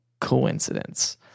coincidence